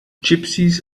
gypsies